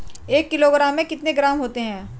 एक किलोग्राम में कितने ग्राम होते हैं?